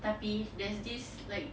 tapi there's this like